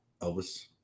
Elvis